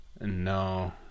No